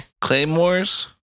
claymores